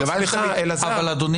אבל אדוני